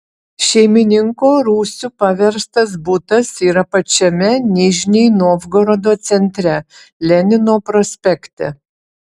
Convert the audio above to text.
šeimininko rūsiu paverstas butas yra pačiame nižnij novgorodo centre lenino prospekte